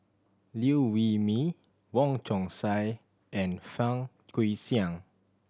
Liew Wee Mee Wong Chong Sai and Fang Guixiang